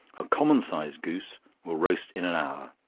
a common sized goose will roast in an hour,